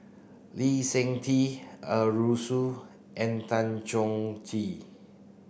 Lee Seng Tee Arasu and Tan Choh Tee